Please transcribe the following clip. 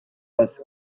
kas